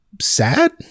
Sad